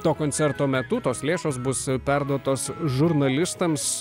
to koncerto metu tos lėšos bus perduotos žurnalistams